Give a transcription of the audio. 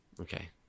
Okay